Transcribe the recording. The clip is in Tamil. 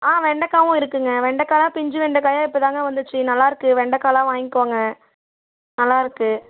ஆ வெண்டக்காவும் இருக்குங்க வெண்டக்காய்லாம் பிஞ்சு வெண்டக்காயாக இப்போதாங்க வந்துச்சு நல்லாருக்கு வெண்டக்காய்லாம் வாங்கிக்கோங்க நல்லாயிருக்கு